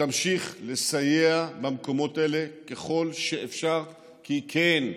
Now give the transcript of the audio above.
תמשיך לסייע במקומות האלה ככל שאפשר, כי כן,